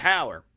Power